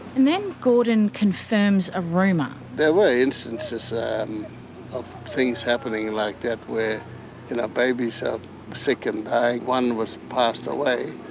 and then, gordon confirms a rumour. there were instances of things happening like that, where you know babies are so sick and dying. one was passed away.